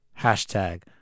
Hashtag